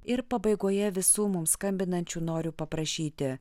ir pabaigoje visų mums skambinančių noriu paprašyti